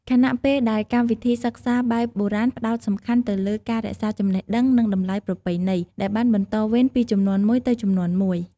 ខណៈពេលដែល កម្មវិធីសិក្សាបែបបុរាណផ្តោតសំខាន់ទៅលើ ការរក្សាចំណេះដឹង និង តម្លៃប្រពៃណី ដែលបានបន្តវេនពីជំនាន់មួយទៅជំនាន់មួយ។